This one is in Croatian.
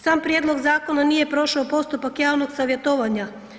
Sam prijedlog zakona nije prošao postupak javnog savjetovanja.